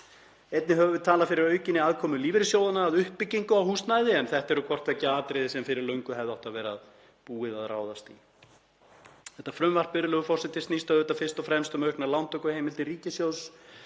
Einnig höfum við talað fyrir aukinni aðkomu lífeyrissjóðanna að uppbyggingu á húsnæði en þetta eru hvort tveggja atriði sem fyrir löngu hefði átt að vera búið að ráðast í. Þetta frumvarp, virðulegur forseti, snýst auðvitað fyrst og fremst um auknar lántökuheimildir ríkissjóðs